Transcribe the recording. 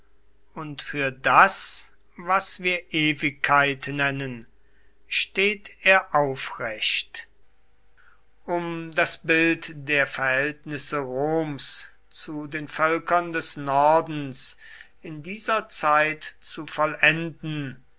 und für das was wir ewigkeit nennen steht er aufrecht um das bild der verhältnisse roms zu den völkern des nordens in dieser zeit zu vollenden